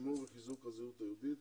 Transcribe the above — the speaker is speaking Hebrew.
לשימור וחיזוק הזהות היהודית